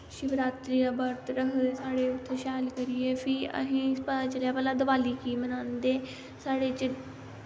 शिवरात्री दी बर्त भला दिवाली की मनांदे साढ़े च